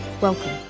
Welcome